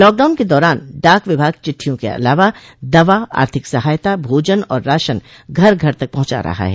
lockdown के दौरान डाक विभाग चिट्ठियों के अलावा दवा आर्थिक सहायता भोजन और राशन घर घर तक पहुंचा रहा है